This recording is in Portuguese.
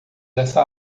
dessa